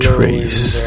Trace